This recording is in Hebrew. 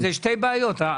זה שתי בעיות.